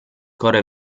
corre